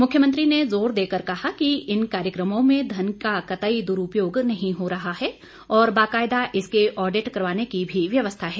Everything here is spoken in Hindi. मुख्यमंत्री ने जोर देकर कहा कि इन कार्यक्रमों में धन का कतई दुरूपयोग नहीं हो रहा है और बाकायदा इसके आडिट करवाने की भी व्यवस्था है